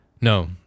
No